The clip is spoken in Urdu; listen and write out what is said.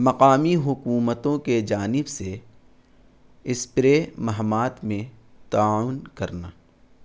مقامی حکومتوں کے جانب سے اسپرے مہمات میں تعاون کرنا